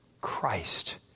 Christ